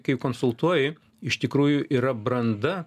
kai konsultuoji iš tikrųjų yra branda